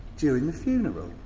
during the funeral.